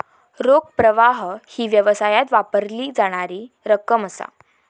रोख प्रवाह ही व्यवसायात वापरली जाणारी रक्कम असा